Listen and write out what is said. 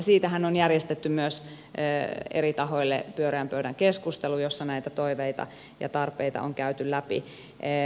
siitähän on järjestetty myös eri tahoille pyöreän pöydän keskustelu jossa näitä toiveita ja tarpeita on käyty läpi